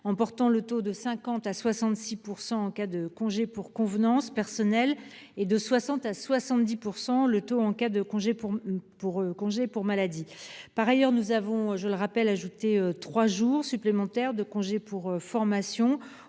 en portant le taux de 50 % à 66 % en cas de congé pour convenances personnelles et de 60 % à 70 % en cas de congé pour maladie. Par ailleurs, nous avons ajouté trois jours supplémentaires de congé pour formation